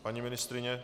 Paní ministryně?